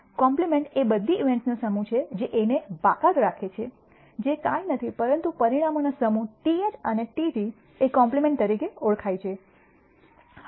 complement એ બધી ઇવેન્ટ્સનો સમૂહ છે જે A ને બાકાત રાખે છે જે કાંઈ નથી પરંતુ પરિણામનો સમૂહ TH અને TT એ કોમ્પ્લીમેન્ટ તરીકે ઓળખાય છે